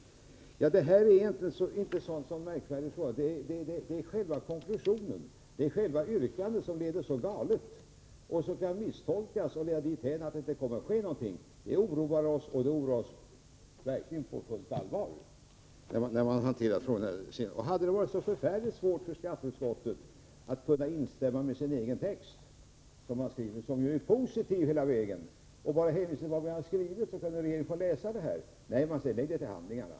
Det här är inte en så märkvärdig fråga. Det är själva yrkandet som leder så galet och som kan misstolkas så att följden blir att det inte kommer att ske någonting. Det oroar oss verkligen på fullt allvar. Hade det varit så förfärligt svårt för skatteutskottet att instämma med sin egen text, som ju är positiv hela vägen? Om man bara hänvisat till vad man skrivit, så hade regeringen kunnat läsa det. Nej, utskottet säger: Lägg förslaget till handlingarna!